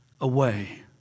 away